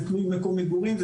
זה תלוי מקום מגורים,